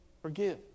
Forgive